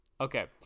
Okay